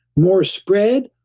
more spread,